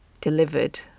delivered